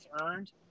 earned